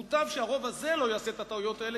מוטב שהרוב הזה לא יעשה את הטעויות האלה,